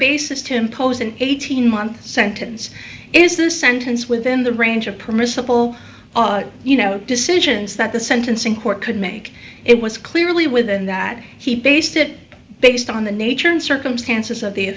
basis to impose an eighteen month sentence is the sentence within the range of permissible you know decisions that the sentencing court could make it was clearly within that he based it based on the nature and circumstances of the